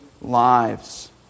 lives